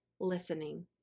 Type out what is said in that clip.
listening